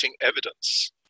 evidence